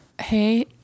hey